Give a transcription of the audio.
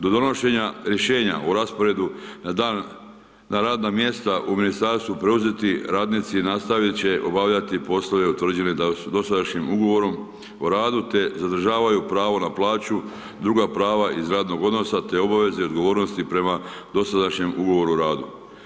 Do donošenja Rješenja o rasporedu na dan, na radna mjesta u Ministarstvu, preuzeti radnici nastavit će obavljati poslove utvrđene dosadašnjim ugovorom o radu, te zadržavaju pravo na plaću, druga prava iz radnog odnosa te obaveze i odgovornosti prema dosadašnjem ugovoru o radu.